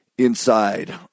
inside